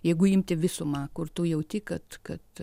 jeigu imti visumą kur tu jauti kad kad